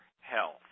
health